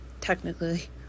technically